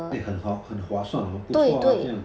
eh 很好很划算 hor 不错啊这样